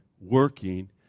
working